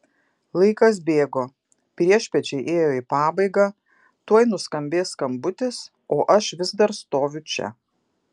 laikas bėgo priešpiečiai ėjo į pabaigą tuoj nuskambės skambutis o aš vis dar stoviu čia